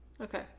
okay